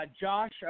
Josh